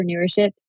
entrepreneurship